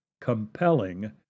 compelling